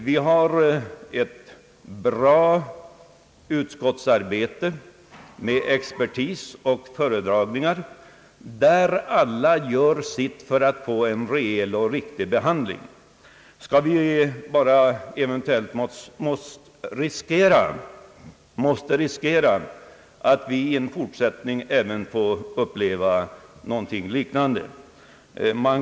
Vi har ett bra utskottsarbete, med expertis och föredragningar, där alla gör sitt för att få till stånd en rejäl och riktig behandling. Skall vi nu behöva riskera att även i fortsättningen få uppleva någonting liknande det vi nu får uppleva?